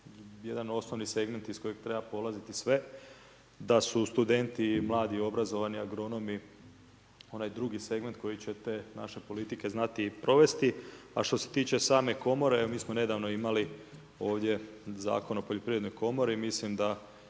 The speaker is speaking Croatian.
jedan osnovni segment iz kojeg treba polaziti sve, da su studenti, mladi, obrazovani agronomi, onaj drugi segment koji ćete naše politike znati i provesti. A što se tiče same komore, evo mi smo nedavno imali ovdje Zakon o poljoprivrednoj komori i mislim da